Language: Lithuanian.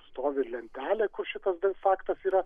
stovi lentelė kur šitas faktas yra